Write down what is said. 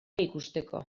ikusteko